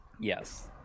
Yes